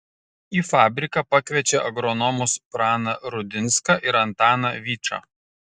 į fabriką pakviečia agronomus praną rudinską ir antaną vyčą